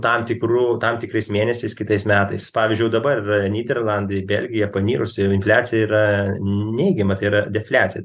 tam tikrų tam tikrais mėnesiais kitais metais pavyzdžiui jau dabar yra nyderlandai belgija panirusi ir infliacija yra neigiama tai yra defliacija